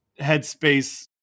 headspace